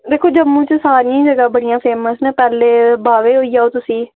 दिक्खो जम्मू च सारियां जगह् बड़ियां फेमस न पैह्ले बावे होई आओ तुसी